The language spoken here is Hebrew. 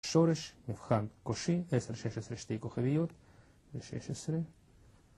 שורש, מבחן, קושי, 10 16 שתי כוכביות, זה 16